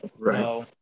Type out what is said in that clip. Right